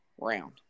round